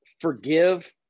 forgive